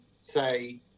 say